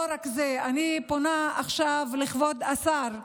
לא רק זה, אני פונה עכשיו לכבוד השר.